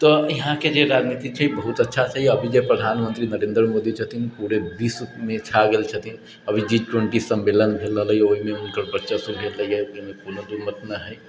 तऽ यहाँके जे राजनीति छै बहुत अच्छा छै आओर अभी जे प्रधानमन्त्री नरेन्द्र मोदी छथिन ओ पूरे विश्वमे छा गेल छथिन अभी जी ट्वेण्टी सम्मेलन भेल रहलै ओहिमे हुनकर वर्चस्व भेल रहलै ओहिमे कोनो दू मत न है